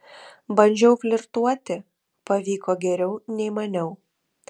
bandžiau flirtuoti pavyko geriau nei maniau